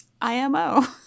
IMO